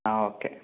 ആ ഓക്കെ